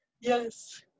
Yes